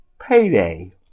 payday